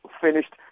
finished